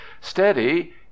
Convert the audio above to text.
Steady